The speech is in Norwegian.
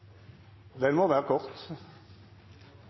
den må være